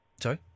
Sorry